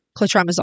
clotrimazole